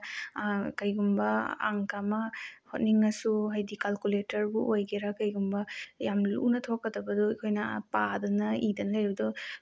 ꯀꯩꯒꯨꯝꯕ ꯑꯪꯀ ꯑꯃ ꯍꯣꯠꯅꯤꯡꯉꯁꯨ ꯍꯥꯏꯗꯤ ꯀꯥꯜꯀꯨꯂꯦꯇꯔꯕꯨ ꯑꯣꯏꯒꯦꯔꯥ ꯀꯩꯒꯨꯝꯕ ꯌꯥꯝ ꯂꯨꯅ ꯊꯣꯛꯀꯗꯕꯗꯣ ꯑꯩꯈꯣꯏꯅ ꯄꯥꯗꯨꯅ ꯏꯗꯅ ꯂꯩꯕꯗꯣ